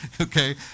okay